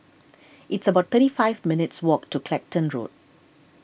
it's about thirty five minutes' walk to Clacton Road